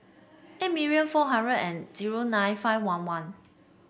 eight million four hundred and zero nine five one one